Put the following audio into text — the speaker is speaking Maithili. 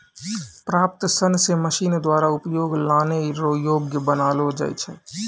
प्राप्त सन से मशीन द्वारा उपयोग लानै रो योग्य बनालो जाय छै